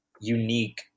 unique